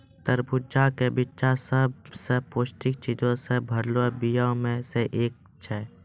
तरबूजा के बिच्चा सभ से पौष्टिक चीजो से भरलो बीया मे से एक छै